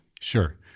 Sure